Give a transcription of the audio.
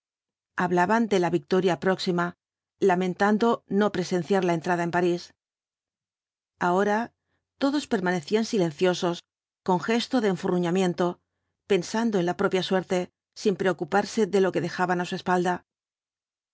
hablaban de la victoria próxima lamentando no presenciar la entrada en parís ahora todos permanecían silenciosos con gesto de enfurruñaraiento pensando en la propia suerte sin preocuparse de lo que dejaban á su espalda